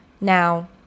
Now